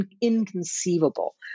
inconceivable